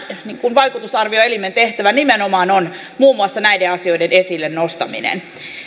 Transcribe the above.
vaikutusarvioelimen tehtävä nimenomaan on muun muassa näiden asioiden esille nostaminen